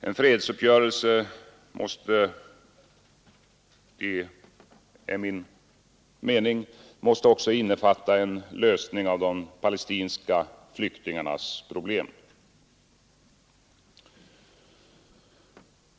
En fredsuppgörelse måste — det är min mening — även innefatta en lösning av de palestinska flyktingarnas problem.